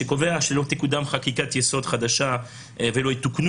שקובע שלא תקודם חקיקת-יסוד חדשה ולא יתוקנו